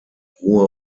ruhe